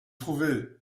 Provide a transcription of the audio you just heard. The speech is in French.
trouvé